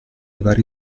vari